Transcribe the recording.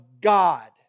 God